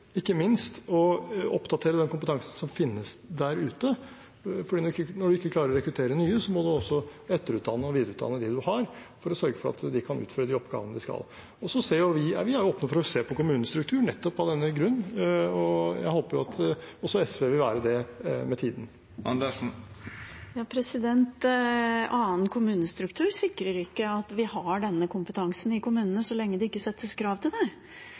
ikke minst oppdatere den kompetansen som finnes der ute. For når vi ikke klarer å rekruttere nye, må vi også etter- og videreutdanne dem vi har, for å sørge for at de kan utføre de oppgavene de skal. Vi er åpne for å se på kommunestrukturen nettopp av denne grunn, og jeg håper at også SV vil være det med tiden. Annen kommunestruktur sikrer ikke at vi har denne kompetansen i kommunene så lenge det ikke settes krav om det.